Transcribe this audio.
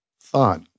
thought